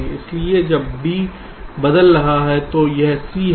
इसलिए जब D बदल रहा है तो यह C है